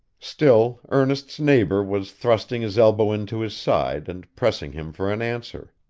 still, ernest's neighbor was thrusting his elbow into his side, and pressing him for an answer.